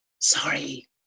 sorry